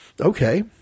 Okay